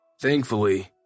Thankfully